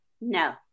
No